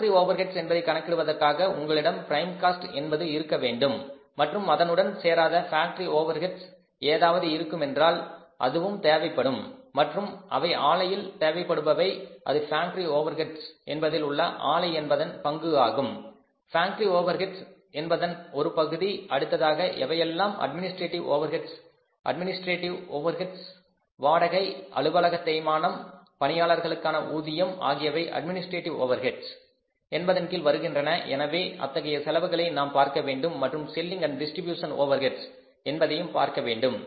factory cost என்பதை கணக்கிடுவதற்காக உங்களிடம் பிரைம் காஸ்ட் என்பது இருக்கவேண்டும் மற்றும் அதனுடன் சேராத பேக்டரி ஓவர் ஹெட்ஸ் ஏதாவது இருக்குமென்றால் அதுவும் தேவைப்படும் மற்றும் அவை ஆலையில் தேவைப்படுபவை அது பேக்டரி ஓவர் ஹெட்ஸ் என்பதில் உள்ள ஆலை என்பதன் பங்கு ஆகும் பேக்டரி ஓவர் ஹெட்ஸ் என்பதன் ஒரு பகுதி அடுத்ததாக எவையெல்லாம் administrative overheads administrative overheads வாடகை அலுவலக தேய்மானம் பணியாளர்களுக்கான ஊதியம் ஆகியவை அட்மினிஸ்ட்ரேட்டிவ் ஓவர் ஹெட்ஸ் என்பதன் கீழ் வருகின்றன எனவே அத்தகைய செலவுகளை நீங்கள் பார்க்க வேண்டும் மற்றும் selling and distribution over heads Selling Distribution Overheads என்பதையும் பார்க்க வேண்டும்